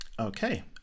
Okay